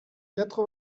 quatre